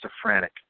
schizophrenic